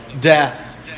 death